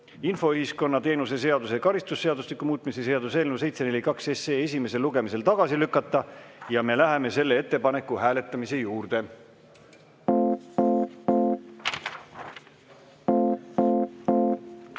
infoühiskonna teenuse seaduse ja karistusseadustiku muutmise seaduse eelnõu 742 esimesel lugemisel tagasi lükata. Ja me läheme selle ettepaneku hääletamise juurde.